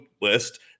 list